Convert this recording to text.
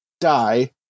die